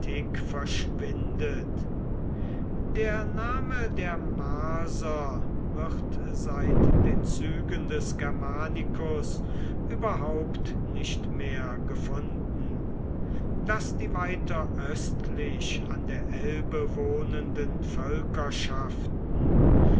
verschwindet der name der marser wird seit den zügen des germanicus überhaupt nicht mehr gefunden daß die weiter östlich an der elbe wohnenden